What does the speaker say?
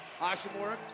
Hashimura